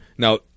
Now